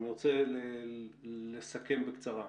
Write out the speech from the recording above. אני רוצה לסכם בקצרה.